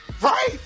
Right